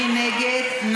מי נגד?